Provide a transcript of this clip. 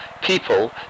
people